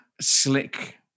slick